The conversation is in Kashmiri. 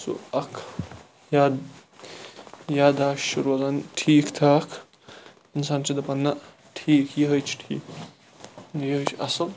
سُہ اکھ یاد یاداش چھِ روزان ٹھیٖک ٹھاک اِنسان چھُ دَپان نَہ ٹھیٖک یہوٚے چھُ ٹھیٖک یہوٚے چھُ اصل